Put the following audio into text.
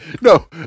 No